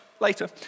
Later